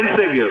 אין סגר,